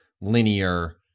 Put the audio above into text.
linear